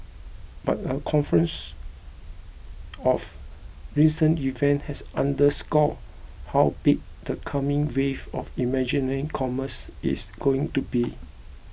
but a confluence of recent events has underscored how big the coming wave of imaginary commerce is going to be